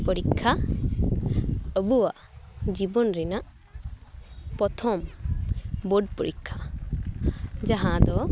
ᱯᱚᱨᱤᱠᱷᱟ ᱟᱹᱵᱩᱣᱟᱜ ᱡᱤᱵᱚᱱ ᱨᱮᱱᱟᱜ ᱯᱚᱨᱛᱷᱚᱢ ᱵᱳᱨᱰ ᱯᱚᱨᱤᱠᱷᱟ ᱡᱟᱦᱟᱸ ᱫᱚ